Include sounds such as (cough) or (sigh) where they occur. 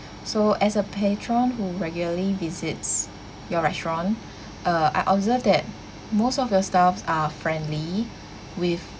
so as a patron who regularly visits your restaurant (breath) uh I observed that most of your staffs are friendly with